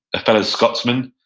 a fellow scotsman,